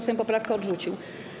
Sejm poprawkę odrzucił.